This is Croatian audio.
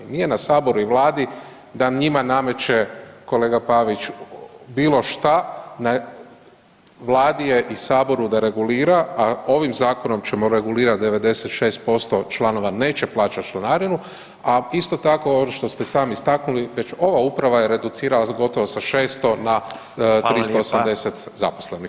Nije na saboru i vladi da njima nameće kolega Pavić bilo šta, na vladi je i saboru da regulira, a ovim zakonom ćemo regulirat 96% članova neće plaćat članarinu, a isto tako ovo što ste sami istaknuli već ova uprava je reducirala s gotovo sa 600 na 380 zaposlenih.